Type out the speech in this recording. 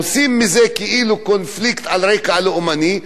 עושים מזה כאילו קונפליקט על רקע לאומני,